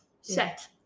set